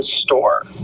store